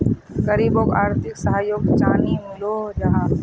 गरीबोक आर्थिक सहयोग चानी मिलोहो जाहा?